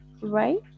right